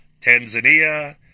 Tanzania